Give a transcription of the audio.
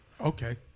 Okay